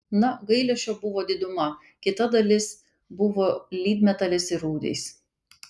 na gailesčio buvo diduma kita dalis buvo lydmetalis ir rūdys